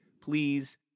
please